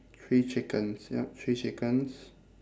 three chickens yup three chickens